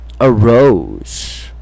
arose